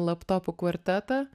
laptopų kvartetą